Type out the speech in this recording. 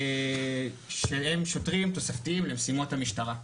שהם שוטרים תוספתיים למשימות המשטרה.